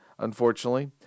Unfortunately